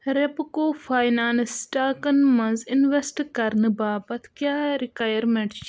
Repco finance سٹاکَن منٛز invest کرنہٕ باپتھ کیٛاہ رکایرمنٹ چھِ